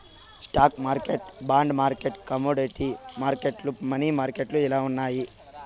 stock మార్కెట్లు bond మార్కెట్లు commodity మార్కెట్లు, మనీ మార్కెట్లు ఇలా ఉన్నాయి